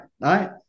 right